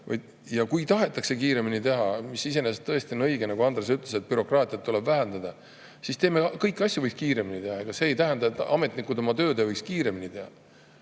Ja kui tahetakse kiiremini teha – iseenesest tõesti on õige, nagu Andres ütles, et bürokraatiat tuleb vähendada –, siis teeme. Kõiki asju võiks kiiremini teha. Ega see ei tähenda, et ametnikud oma tööd ei võiks kiiremini teha.